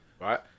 right